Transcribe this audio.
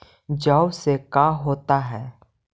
जौ से का होता है?